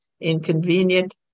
inconvenient